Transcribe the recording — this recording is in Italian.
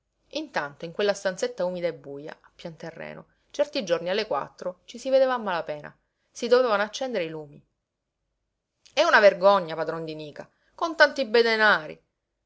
intanto in quella stanzetta umida e buja a pian terreno certi giorni alle quattro ci si vedeva a mala pena si dovevano accendere i lumi è una vergogna padron di nica con tanti bei denari